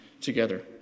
together